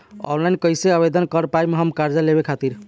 Online कइसे आवेदन कर पाएम हम कर्जा लेवे खातिर?